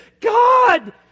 God